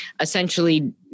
essentially